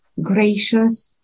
gracious